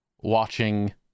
watching